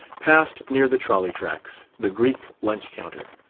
passed near the trolley tracks, the greek lunch-counter,